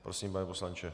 Prosím, pane poslanče.